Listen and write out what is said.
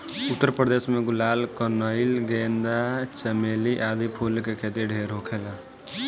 उत्तर प्रदेश में गुलाब, कनइल, गेंदा, चमेली आदि फूल के खेती ढेर होखेला